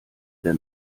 der